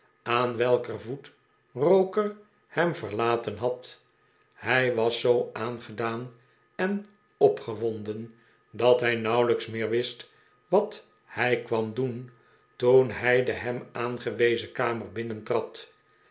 aan welker voet roker hem verlaten had hij was zoo aangedaan en opgewonden dat hij nauwelijks meer wist wat hij kwam doen toen hij de hem aangewezen kamer